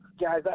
guys